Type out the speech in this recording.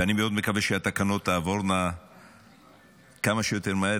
ואני מאוד מקווה שהתקנות תעבורנה כמה שיותר מהר.